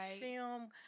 film